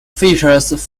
features